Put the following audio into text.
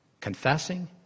Confessing